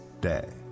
day